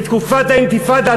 בתקופת האינתיפאדה,